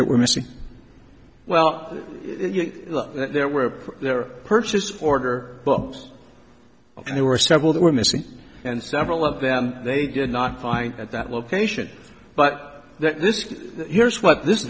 that were missing well there were their purchase order books and there were several that were missing and several of them they did not find at that location but that this here is what this